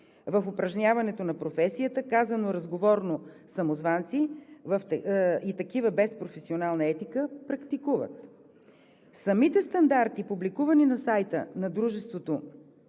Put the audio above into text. в упражняването на професията, казано разговорно – самозванци и такива без професионална етика, практикуват. Самите стандарти, публикувани на сайта на Дружеството